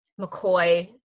McCoy